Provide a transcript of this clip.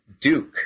Duke